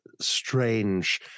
strange